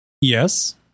Yes